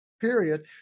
period